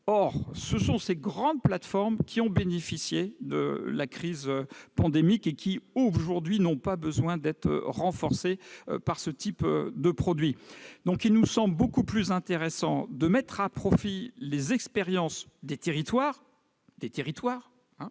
Or ce sont ces grandes plateformes qui ont bénéficié de la crise pandémique ; elles n'ont pas besoin d'être renforcées par ce type de produit. Il nous semble beaucoup plus intéressant de mettre à profit les expériences des territoires, parce qu'il se